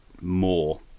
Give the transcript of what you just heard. more